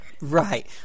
Right